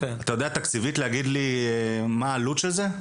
אתה יודע להגיד לי מה העלות התקציבית של זה?